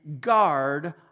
guard